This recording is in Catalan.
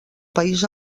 país